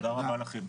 תודה רבה לכם.